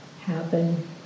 happen